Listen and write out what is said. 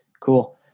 Cool